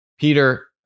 Peter